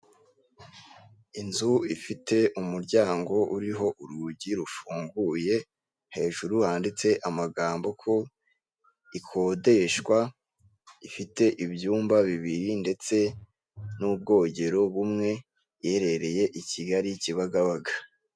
Inzu ifite umuryango uriho urugi rufunguye hejuru handitse amagambo ko ikodeshwa ifite ibyumba bibiri ndetse n'ubwogero bumwe iherereye I Kigali kibagabaga .